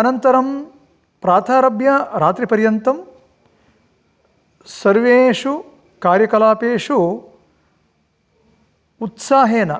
अनन्तरं प्रातरारभ्य रात्रिपर्यन्तं सर्वेषु कार्यकलापेषु उत्साहेन